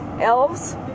Elves